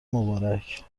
مبارک